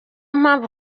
mpamvu